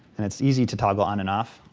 and it's easy to toggle on and off.